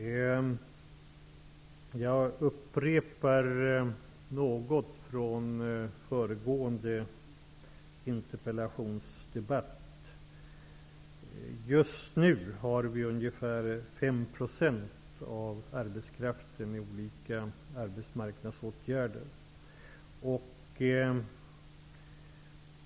Fru talman! Jag kommer något att upprepa vad som sades i föregående interpellationsdebatt. Just nu är ca 5 % av arbetskraften sysselsatt i olika arbetsmarknadsåtgärder.